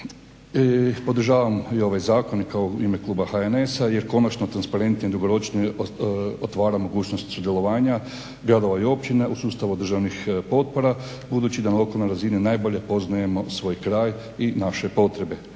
podržavam i ovaj zakon kao u ime kluba HNS-a jer konačno transparentnije dugoročnije otvara mogućnost sudjelovanja gradova i općina u sustavu državnih potpora, budući da na lokalnoj razini najbolje poznajemo svoj kraj i naše potrebe.